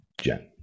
Jen